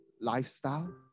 lifestyle